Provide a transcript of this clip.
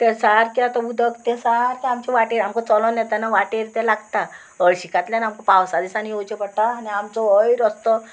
तें सारकें आतां उदक तें सारकें आमचें वाटेर आमकां चलोन येताना वाटेर तें लागता हळशीकातल्यान आमकां पावसा दिसान येवचें पडटा आनी आमचो होय रस्तो